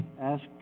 ask